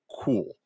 cool